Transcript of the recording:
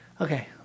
Okay